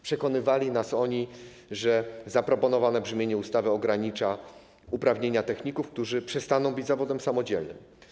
Przekonywali nas oni, że zaproponowane brzmienie ustawy ogranicza uprawnienia techników, którzy przestaną być zawodem samodzielnym.